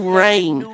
rain